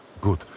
Good